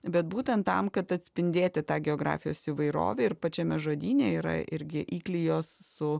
bet būtent tam kad atspindėti tą geografijos įvairovę ir pačiame žodyne yra irgi įklijos su